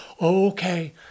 okay